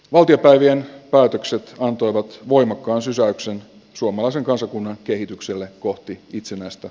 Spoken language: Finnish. valtiopäivien päätökset antoivat voimakkaan sysäyksen suomalaisen kansakunnan kehitykselle kohti itsenäistä